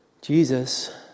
Jesus